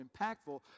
impactful